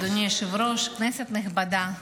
אדוני היושב-ראש, כנסת נכבדה,